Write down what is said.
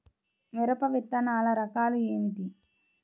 మిరప విత్తనాల రకాలు ఏమిటి?